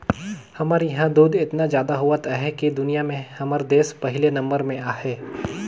हमर इहां दूद एतना जादा होवत अहे कि दुनिया में हमर देस पहिले नंबर में अहे